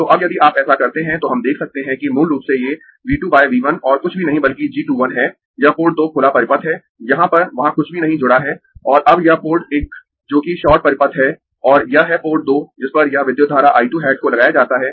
तो अब यदि आप ऐसा करते है तो हम देख सकते है कि मूल रूप से ये V 2 V 1 और कुछ भी नहीं बल्कि g 2 1 है यह पोर्ट दो खुला परिपथ है यहाँ पर वहां कुछ भी नहीं जुड़ा है और अब यह पोर्ट एक जोकि शॉर्ट परिपथ है और यह है पोर्ट दो जिस पर यह विद्युत धारा I 2 हैट को लगाया जाता है